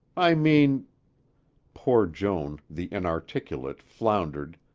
i mean poor joan, the inarticulate, floundered,